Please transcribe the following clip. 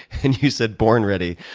and you said born ready.